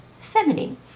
feminine